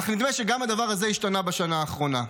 אך נדמה שגם הדבר הזה השתנה בשנה האחרונה.